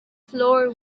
floor